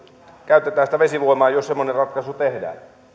käytetään sitä vesivoimaa jos semmoinen ratkaisu tehdään